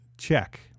check